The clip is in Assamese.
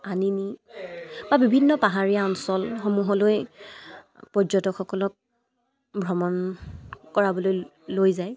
আনিনি বা বিভিন্ন পাহাৰীয়া অঞ্চলসমূহলৈ পৰ্যটকসকলক ভ্ৰমণ কৰাবলৈ লৈ যায়